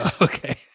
Okay